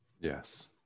yes